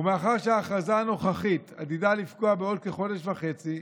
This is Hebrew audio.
ומאחר שההכרזה הנוכחית עתידה לפקוע בעוד כחודש וחצי,